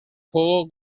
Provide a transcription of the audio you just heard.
juego